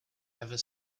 ever